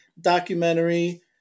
documentary